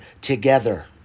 together